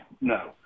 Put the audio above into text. No